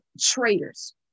traitors